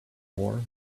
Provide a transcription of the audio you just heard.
war